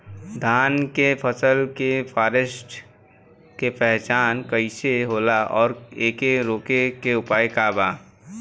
धान के फसल के फारेस्ट के पहचान कइसे होला और एके रोके के उपाय का बा?